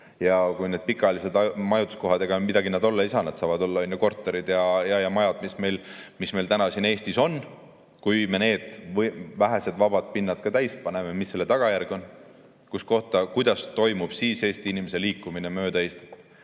Ja ega need pikaajalised majutuskohad midagi nad olla ei saa, nad saavad olla korterid ja majad, mis meil siin Eestis on. Kui me need vähesed vabad pinnad ka täis paneme, siis mis selle tagajärg on? Kuidas toimub siis Eesti inimeste liikumine mööda Eestit?